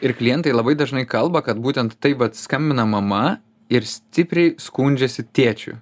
ir klientai labai dažnai kalba kad būtent taip vat skambina mama ir stipriai skundžiasi tėčiu